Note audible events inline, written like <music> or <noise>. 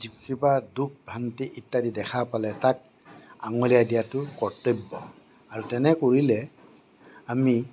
<unintelligible> কিবা দোষ ভ্ৰান্তি ইত্যাদি দেখা পালে তাত আঙুলিয়াই দিয়াটো কৰ্তব্য আৰু তেনে কৰিলে আমি